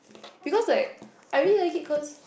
because like I mean like it cause